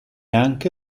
anche